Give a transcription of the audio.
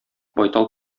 байтал